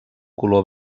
color